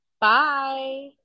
Bye